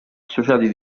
associati